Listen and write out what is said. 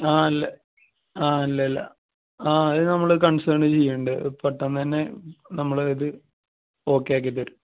ആ അല്ല ആ അല്ലല്ല ആ അത് നമ്മൾ കൺസേർണിൽ ചെയ്യുന്നുണ്ട് പെട്ടെന്ന് തന്നെ നമ്മൾ ഇത് ഓക്കെ ആക്കി തരും